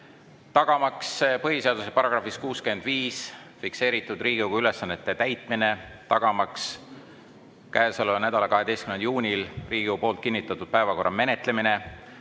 Tagamaks põhiseaduse §-s 65 fikseeritud Riigikogu ülesannete täitmine, tagamaks käesoleva nädala 12. juunil Riigikogu kinnitatud päevakorra menetlemine,